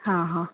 हा हा